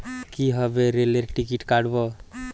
কিভাবে রেলের টিকিট কাটব?